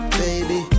baby